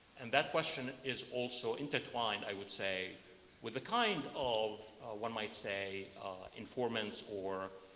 and that question is also intertwined i would say with a kind of one might say informants or